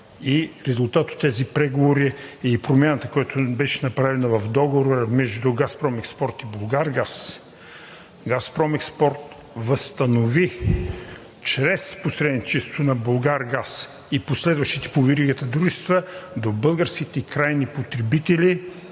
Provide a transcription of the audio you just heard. и резултат от тези преговори и промяната, която беше направена в договора между „Газпром Експорт“ и „Булгаргаз“. „Газпром Експорт“ възстанови чрез посредничеството на „Булгаргаз“ и последващите по веригата дружества до българските крайни потребители